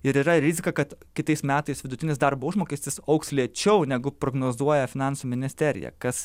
ir yra rizika kad kitais metais vidutinis darbo užmokestis augs lėčiau negu prognozuoja finansų ministerija kas